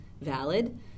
valid